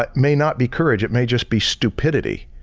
but may not be courage, it may just be stupidity,